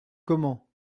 comment